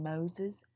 Moses